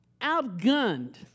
outgunned